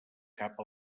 cap